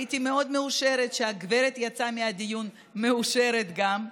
הייתי מאוד מאושרת שהגברת יצאה מהדיון מאושרת גם,